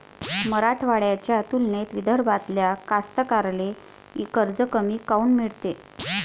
मराठवाड्याच्या तुलनेत विदर्भातल्या कास्तकाराइले कर्ज कमी काऊन मिळते?